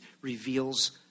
reveals